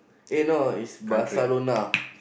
eh no is Barcelona